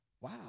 Wow